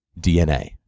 DNA